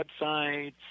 websites